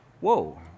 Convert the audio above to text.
whoa